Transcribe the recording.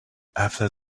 after